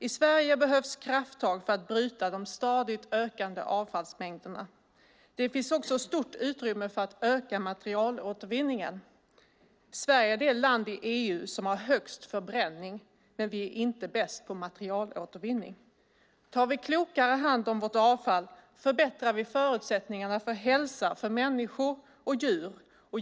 I Sverige behövs krafttag för att bryta de stadigt ökande avfallsmängderna. Det finns också stort utrymme för att öka materialåtervinningen. Sverige är det land i EU som har högst förbränning, men vi är inte bäst på materialåtervinning. Om vi tar hand om vårt avfall på ett klokare sätt förbättrar vi förutsättningarna för hälsa för människor och djur.